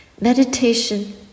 Meditation